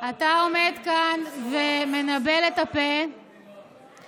אתה עומד כאן ומנבל את הפה ושוכח,